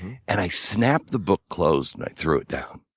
and i snapped the book closed and i threw it down.